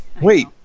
Wait